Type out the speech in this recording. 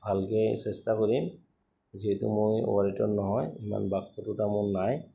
ভালকে চেষ্টা কৰিম যিহেতু মই ৱৰেটৰ নহয় ইমান বাকপটুতা মোৰ নাই